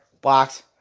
blocks